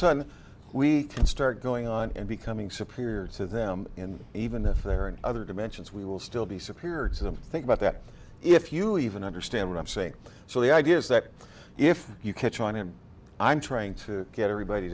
sudden we can start going on and becoming superior to them and even if they're in other dimensions we will still be superior to them think about that if you even understand what i'm saying so the idea is that if you catch on and i'm trying to get everybody